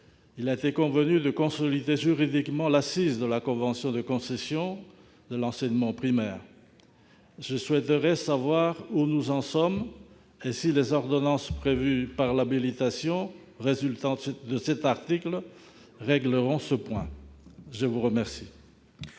il a été convenu de consolider juridiquement l'assise de la convention de concession de l'enseignement primaire. Je souhaiterais savoir où nous en sommes et si les ordonnances prévues par l'habilitation résultant de cet article régleront ce point. Je suis saisi